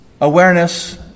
awareness